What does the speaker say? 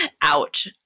ouch